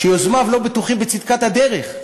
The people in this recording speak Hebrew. שיוזמיו לא בטוחים בצדקת הדרך,